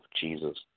Jesus